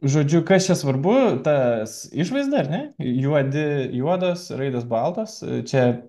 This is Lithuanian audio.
žodžiu kas čia svarbu tas išvaizda ar ne juodi juodos raidės baltos čia